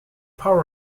power